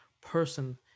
person